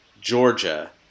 georgia